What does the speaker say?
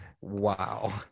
Wow